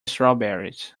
strawberries